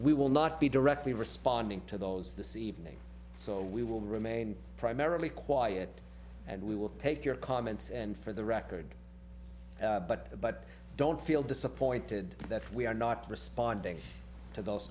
we will not be directly responding to those this evening so we will remain primarily quiet and we will take your comments and for the record but but don't feel disappointed that we are not responding to those